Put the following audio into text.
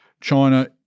China